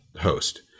host